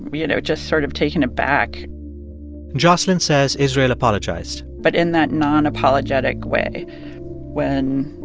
you know, just sort of taken aback jocelyn says israel apologized but in that nonapologetic way when,